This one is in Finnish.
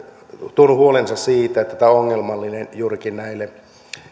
esille huolensa siitä että tämä lakiesitys on ongelmallinen juurikin näille